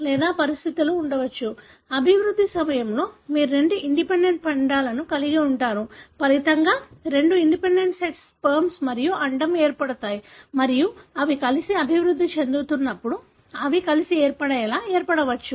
లేదా పరిస్థితులు ఉండవచ్చు అభివృద్ధి సమయంలో మీరు రెండు ఇండిపెండెంట్ పిండాలను కలిగి ఉంటారు ఫలితంగా రెండు ఇండిపెండెంట్ సెట్ల స్పెర్మ్ మరియు అండం ఏర్పడతాయి మరియు అవి కలిసి అభివృద్ధి చెందుతున్నప్పుడు అవి కలిసి ఏర్పడేలా ఏర్పడవచ్చు